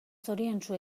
zoriontsu